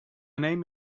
name